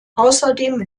außerdem